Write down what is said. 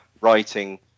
writing